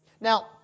Now